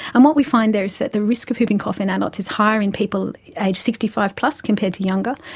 and what we find there is that the risk of whooping cough in adults is higher in people aged sixty five plus compared to younger,